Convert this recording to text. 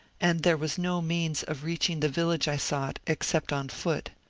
and there was no means of reaching the village i sought except on foot.